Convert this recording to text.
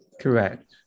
correct